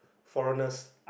foreigners